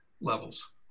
levels